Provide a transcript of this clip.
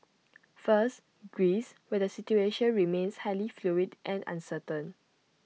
first Greece where the situation remains highly fluid and uncertain